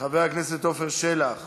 חבר הכנסת עפר שלח,